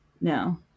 no